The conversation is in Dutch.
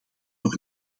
toch